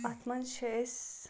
اتھ مَنٛز چھِ أسۍ